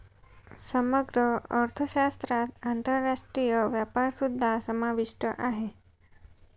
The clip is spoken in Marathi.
समग्र अर्थशास्त्रात आंतरराष्ट्रीय व्यापारसुद्धा समाविष्ट आहे